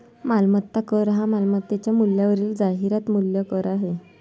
मालमत्ता कर हा मालमत्तेच्या मूल्यावरील जाहिरात मूल्य कर आहे